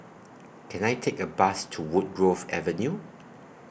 Can I Take A Bus to Woodgrove Avenue